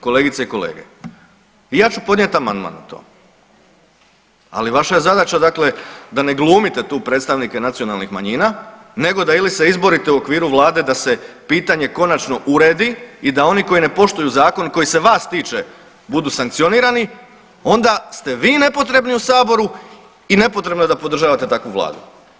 Kolegice i kolege, ja ću podnijet amandman na to, ali vaša je zadaća dakle da ne glumite tu predstavnike nacionalnih manjina nego da ili se izborite u okviru vlade da se pitanje konačno uredi i da oni koji ne poštuju zakon koji se vas tiče budu sankcionirani onda ste vi nepotrebni u saboru i nepotrebno je da podržavate takvu vladu.